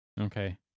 Okay